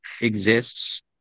exists